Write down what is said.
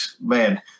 man